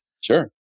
Sure